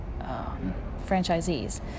franchisees